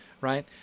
right